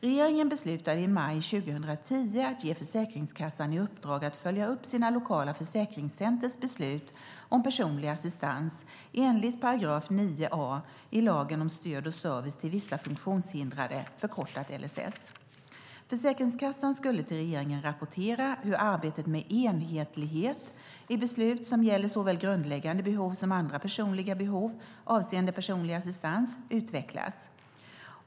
Regeringen beslutade i maj 2010 att ge Försäkringskassan i uppdrag att följa upp sina lokala försäkringscenters beslut om personlig assistans enligt 9 a § lagen om stöd och service till vissa funktionshindrade, förkortad LSS. Försäkringskassan skulle till regeringen rapportera hur arbetet med enhetlighet i beslut som gäller såväl grundläggande behov som andra personliga behov avseende personlig assistans utvecklas.